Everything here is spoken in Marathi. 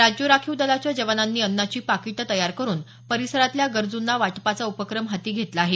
राज्य राखीव दलाच्या जवांनांनी अन्नाची पाकिटे तयार करून परिसरातल्या गरजुंना वाटपाचा उपक्रम हाती घेतला आहे